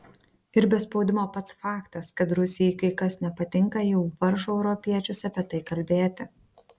ir be spaudimo pats faktas kad rusijai kai kas nepatinka jau varžo europiečius apie tai kalbėti